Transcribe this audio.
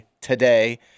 today